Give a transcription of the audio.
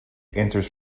enters